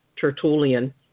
Tertullian